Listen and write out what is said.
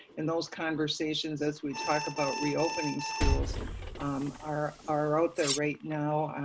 and those conversations as we talk about reopening schools are are out there right now.